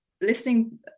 listening